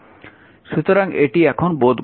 সুতরাং এটি এখন বোধগম্য